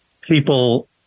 people